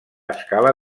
escala